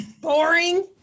Boring